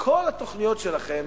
את כל התוכניות שלכם